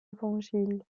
évangiles